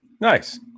Nice